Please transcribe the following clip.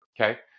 Okay